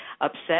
upset